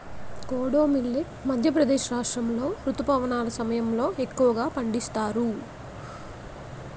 kodo millet Madhya Pradesh రాష్ట్రాములో రుతుపవనాల సమయంలో ఎక్కువగా పండిస్తారు